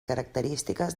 característiques